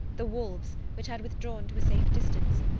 the wolves, which had withdrawn to a safe distance,